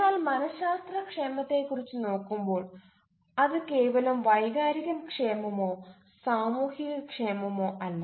എന്നാൽ മന ശാസ്ത്ര ക്ഷേമത്തെക്കുറിച്ച് നോക്കുമ്പോൾ അത് കേവലം വൈകാരിക ക്ഷേമമോ സാമൂഹിക ക്ഷേമമോ അല്ല